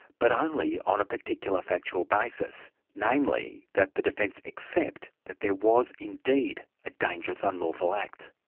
but only on a particular factual basis, namely, that the defence accept that there was indeed a dangerous, unlawful act.